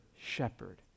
shepherd